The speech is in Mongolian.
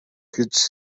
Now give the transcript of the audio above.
гэж